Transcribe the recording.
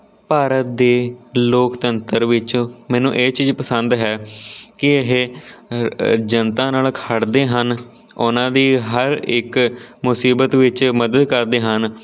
ਭਾਰਤ ਦੇ ਲੋਕਤੰਤਰ ਵਿੱਚ ਮੈਨੂੰ ਇਹ ਚੀਜ਼ ਪਸੰਦ ਹੈ ਕਿ ਇਹ ਜਨਤਾ ਨਾਲ ਖੜ੍ਹਦੇ ਹਨ ਉਹਨਾਂ ਦੀ ਹਰ ਇੱਕ ਮੁਸੀਬਤ ਵਿੱਚ ਮਦਦ ਕਰਦੇ ਹਨ